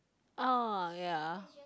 ah ya